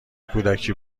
کودکی